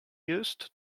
used